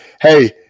hey